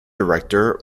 director